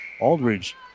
Aldridge